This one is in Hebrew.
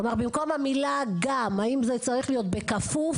כלומר במקום המילה גם, האם זה צריך להיות בכפוף?